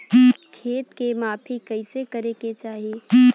खेत के माफ़ी कईसे करें के चाही?